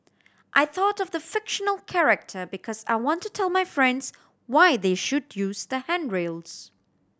I thought of the fictional character because I want to tell my friends why they should use the handrails